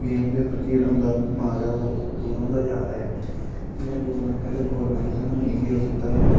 game दे प्रति जेह्ड़ा उं'दा दमाग ऐ ओह् दूर होंदा जा दा ऐ जि'यां गौरमैंट ऐ ते गौरमैंट ने सानूं इ'यै दित्ता ऐ